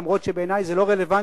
אף שבעיני זה לא רלוונטי,